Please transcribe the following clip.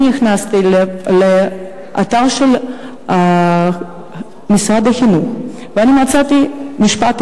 נכנסתי לאתר של משרד החינוך ומצאתי משפט